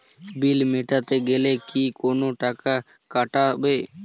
বিল মেটাতে গেলে কি কোনো টাকা কাটাবে?